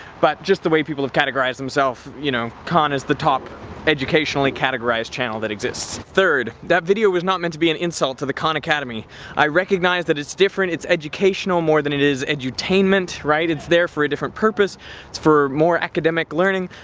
but just the way people have categorized themselves, you know, khan is the top educationally categorised channel that exists. third, that video was not meant to be an insult to the khan academy i recognize that it's different, it's educational more than it is edutainment, right, it's there for a different purpose, it's for more academic learning,